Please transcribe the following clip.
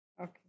Okay